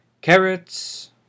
Carrots